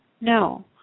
no